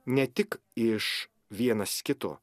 ne tik iš vienas kito